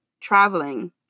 traveling